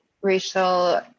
racial